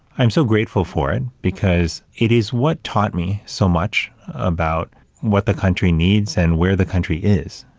i'm so grateful for it, because it is what taught me so much about what the country needs and where the country is.